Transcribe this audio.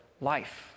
life